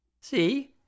see